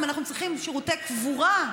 אם אנחנו צריכים שירותי קבורה,